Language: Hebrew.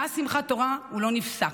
מאז שמחת תורה הוא לא נפסק,